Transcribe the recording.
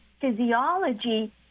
physiology